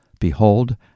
Behold